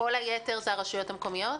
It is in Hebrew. כל היתר זה הרשויות המקומיות?